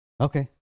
Okay